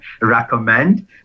recommend